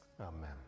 Amen